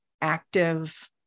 active